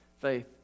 faith